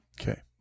okay